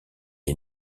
est